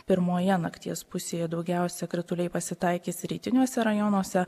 pirmoje nakties pusėje daugiausia krituliai pasitaikys rytiniuose rajonuose